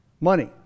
money